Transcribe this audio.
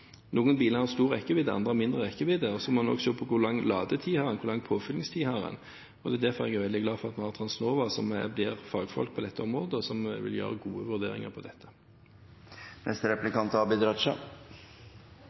Noen biler har stor rekkevidde, andre mindre rekkevidde. Så må en også se på hvor lang ladetid en har, hvor lang påfyllingstid en har. Derfor er jeg veldig glad for at vi har Transnova som har fagfolk på dette området, og som vil gjøre gode vurderinger av dette. Jeg har forstått det slik at enkelte i Fremskrittspartiet ikke tror på